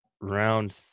round